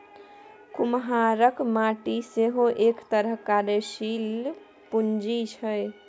कुम्हराक माटि सेहो एक तरहक कार्यशीले पूंजी छै